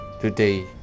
today